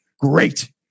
great